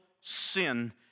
sin